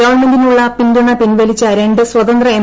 ഗവൺമെന്റിനുള്ള പിന്തുണ പിൻവലിച്ച രണ്ട് സ്വതന്ത്ര എം